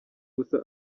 gusa